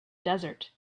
desert